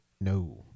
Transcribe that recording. No